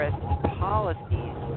policies